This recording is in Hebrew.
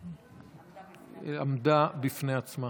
היא עמדה בפני עצמה.